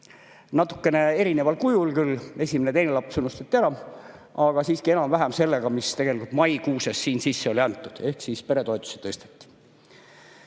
natukene erineval kujul küll – esimene ja teine laps unustati ära –, aga siiski enam-vähem sellega, mis maikuus siin sisse oli antud. Ehk siis peretoetusi tõsteti.